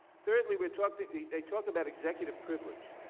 third we we talked talked about executive privilege.